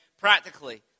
Practically